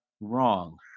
wrong